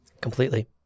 completely